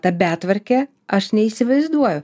ta betvarkė aš neįsivaizduoju